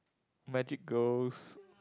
magic girls